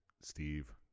Steve